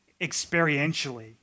experientially